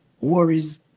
worries